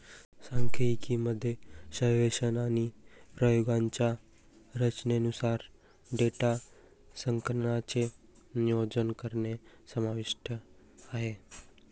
सांख्यिकी मध्ये सर्वेक्षण आणि प्रयोगांच्या रचनेनुसार डेटा संकलनाचे नियोजन करणे समाविष्ट आहे